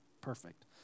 perfect